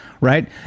right